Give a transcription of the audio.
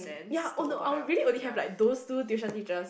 ya oh no I only really have like those two tuition teachers